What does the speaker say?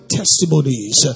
testimonies